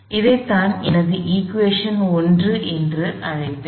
இதைத்தான் எனது சமன்பாடு 1 என்று அழைப்பேன்